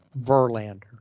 Verlander